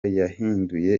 yahinduye